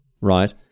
right